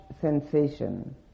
sensation